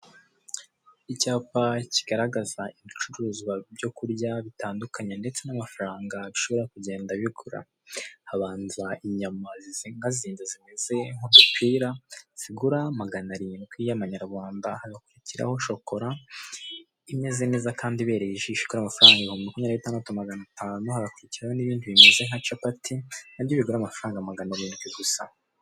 Icyapa kigaragaza ibicuruzwa byo kurya bitandukanye ndetse n'amafaranga bishobora kugenda bigura. Habanza inyama zizingazinze zimeze nk'udupira zigura magana arindwi y'amanyarwanda, hagakurikiraho shokora imeze neza kandi ibereye ijisho igura amafaranga ibihumbi makumyabiri na bitandatu magana atanu, hagakurikiraho n'ibindi bimeze nka capati, na byo bigura amafaranga magana arindwi gusa.